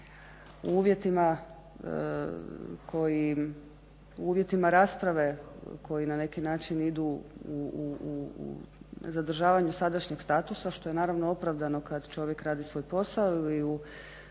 U uvjetima rasprave koji na neki način idu zadržavanju sadašnjeg statusa što je naravno opravdano kad čovjek radi svoj posao i u